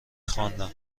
خواندم